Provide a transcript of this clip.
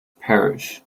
parish